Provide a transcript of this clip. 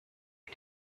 die